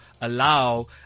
allow